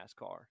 NASCAR